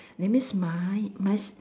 that means mine must